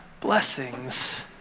blessings